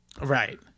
Right